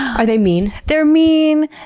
are they mean? they're mean,